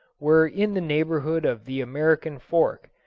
were in the neighbourhood of the american fork,